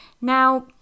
Now